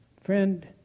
Friend